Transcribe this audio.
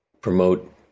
promote